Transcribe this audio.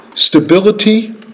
Stability